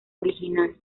original